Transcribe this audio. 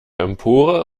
empore